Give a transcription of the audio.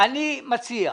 אני מציע.